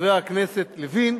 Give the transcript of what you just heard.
חבר הכנסת לוין,